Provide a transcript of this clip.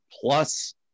plus